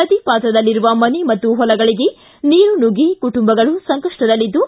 ನದಿ ಪಾತ್ರದಲ್ಲಿರುವ ಮನೆ ಮತ್ತು ಹೊಲಗಳಿಗೆ ನೀರು ನುಗ್ಗಿ ಕುಟುಂಬಗಳು ಸಂಕಷ್ಟದಲ್ಲಿದ್ದು